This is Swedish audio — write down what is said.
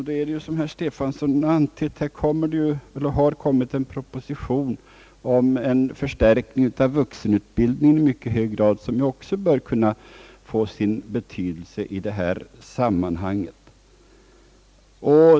Det har, såsom herr Stefanson antytt, framlagts en proposition om en höggradig förstärkning av vuxenutbildningen, vilket också bör kunna få sin betydelse i detta sammanhang.